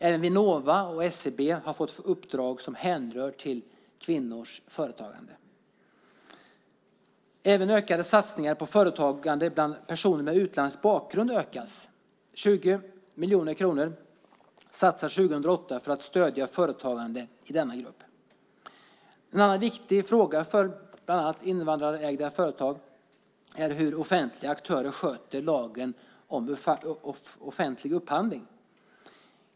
Även Vinnova och SCB har fått uppdrag som härrör till kvinnors företagande. Även satsningar på företagande bland personer med utländsk bakgrund ökas. 20 miljoner kronor satsas 2008 för att stödja företagande i denna grupp. En annan viktig fråga för bland annat invandrarägda företag är hur offentliga aktörer sköter lagen om offentlig upphandling.